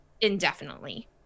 indefinitely